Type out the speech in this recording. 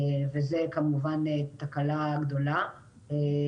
וזו כמובן תקלה גדולה.